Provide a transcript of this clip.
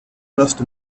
trust